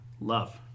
love